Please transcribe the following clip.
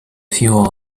few